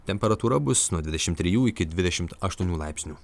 temperatūra bus nuo dvidešim trijų iki dvidešim aštuonių laipsnių